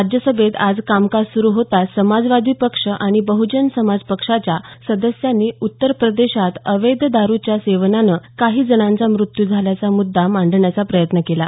राज्यसभेत आज कामकाज सुरू होताच समाजवादी पक्ष आणि बह्जन समाज पक्षाच्या सदस्यांनी उत्तर प्रदेशात अवैध दारुच्या सेवनानं काही जणांचा मृत्यू झाल्याचा मुद्दा मांडायचा प्रयत्न केला